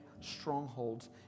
strongholds